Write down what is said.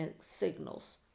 signals